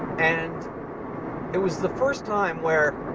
and it was the first time where